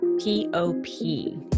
P-O-P